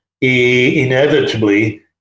inevitably